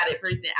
person